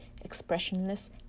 expressionless